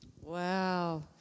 Wow